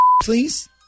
please